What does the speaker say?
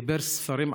חיבר ספרים,